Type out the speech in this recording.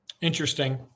Interesting